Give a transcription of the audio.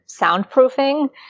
soundproofing